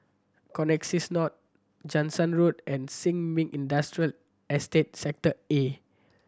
Connexis North Jansen Road and Sin Ming Industrial Estate Sector A